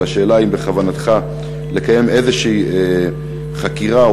והשאלה היא האם בכוונתך לקיים איזושהי חקירה,